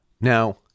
now